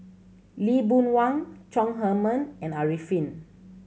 Lee Boon Wang Chong Heman and Arifin